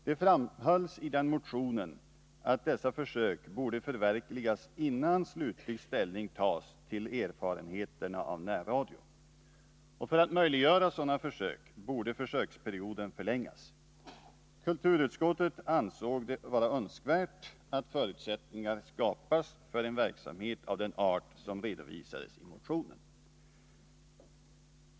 Det framhölls i motionen att dessa försök borde förverkligas innan slutlig ställning tas till erfarenheterna av närradion. För att möjliggöra sådana försök borde försöksperioden förlängas. Kulturutskottet ansåg det vara önskvärt att förutsättningar skapades för en verksamhet av den art som redovisades i motionen.